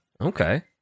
okay